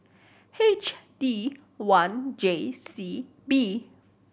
H D one J C B